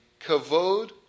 Kavod